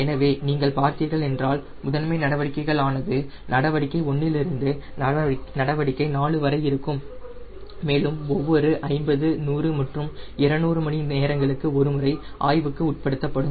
எனவே நீங்கள் பார்த்தீர்கள் என்றால் முதன்மை நடவடிக்கைகள் ஆனது நடவடிக்கை 1 லிருந்து நடவடிக்கை 4 வரை ஆகும் மேலும் ஒவ்வொரு 50 100 மற்றும் 200 மணி நேரங்களுக்கு ஒரு முறை ஆய்வுக்கு உட்படுத்தப்படும்